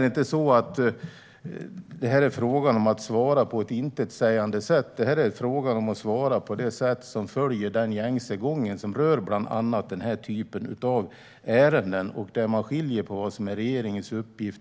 Detta handlar inte om att svara på ett intetsägande sätt utan om att svara på ett sätt som följer den gängse gången för bland annat denna typ av ärenden, där man skiljer på vad som är regeringens respektive